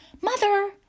Mother